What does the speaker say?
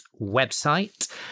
website